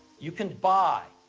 you can buy,